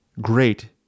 great